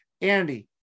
Andy